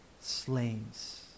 slaves